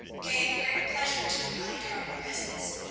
gave great pleasure to the kind-hearted peasants.